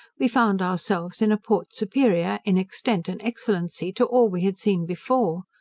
we found ourselves in a port superior, in extent and excellency, to all we had seen before.